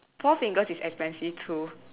four fingers is expensive too